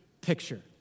picture